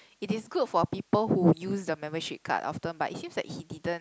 it is good for people who use the membership card often but it seems that he didn't